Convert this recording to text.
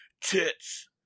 Tits